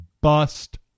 bust